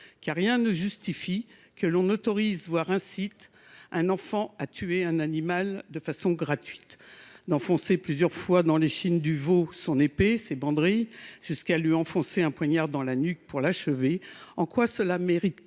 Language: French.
loi. Rien ne justifie que l’on autorise, voire que l’on incite, un enfant à tuer un animal de façon gratuite, à enfoncer plusieurs fois dans l’échine d’un veau son épée ou ses banderilles, jusqu’à le poignarder dans la nuque pour l’achever. Cela mérite t